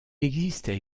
existait